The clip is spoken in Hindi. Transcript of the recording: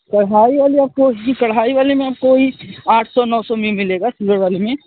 कढ़ाई वाली आपको कढ़ाई कढ़ाई वाली में आपको यही आठ सौ नौ में मिलेगा सिल्वर वाली में